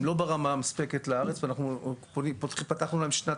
הם לא ברמה מספקת לארץ ואנחנו פתחנו להם שנת